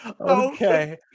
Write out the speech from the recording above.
Okay